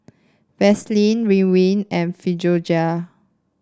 Vaselin Ridwind and Physiogel